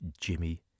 Jimmy